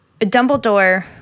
Dumbledore